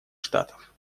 штатов